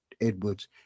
Edwards